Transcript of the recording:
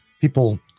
People